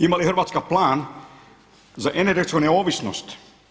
Ima li Hrvatska plan za energetsku neovisnost?